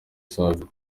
savio